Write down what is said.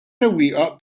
sewwieqa